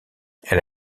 elle